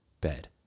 bed